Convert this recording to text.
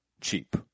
cheap